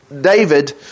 David